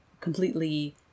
completely